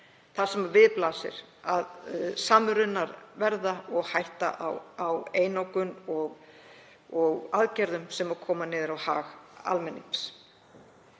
Þar blasir við að samrunar verða og hætta á einokun og aðgerðum sem koma niður á hag almennings.